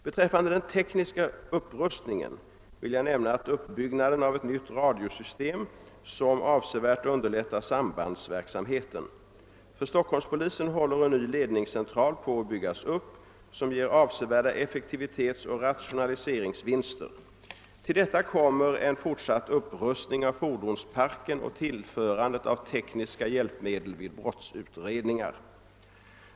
Beträffande den tekniska upprustningen vill jag nämna uppbyggnaden av ett nytt radiosystem som avsevärt underlättar sambandsverksamheten. För Stockholmspolisen håller på att byggas upp en ny ledningscentral, som ger avsevärda effektivitetsoch rationaliseringsvinster. Till detta kommer en fortsatt upprustning av fordonsparken och tillförandet av tekniska hjälpmedel vid brottsutredningar.